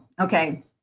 Okay